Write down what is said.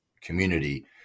community